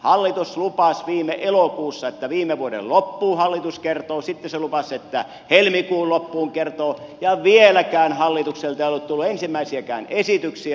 hallitus lupasi viime elokuussa että viime vuoden loppuun hallitus kertoo sitten se lupasi että helmikuun loppuun kertoo ja vieläkään hallitukselta ei ole tullut ensimmäisiäkään esityksiä